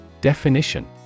Definition